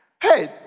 Hey